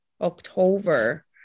October